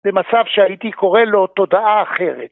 זה מצב שהאיתי קורא לו תודעה אחרת